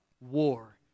war